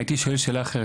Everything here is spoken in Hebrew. הייתי שואל שאלה אחרת,